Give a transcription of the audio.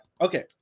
Okay